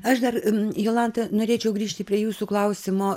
aš dar jolanta norėčiau grįžti prie jūsų klausimo